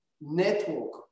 network